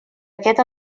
aquest